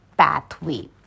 Pathway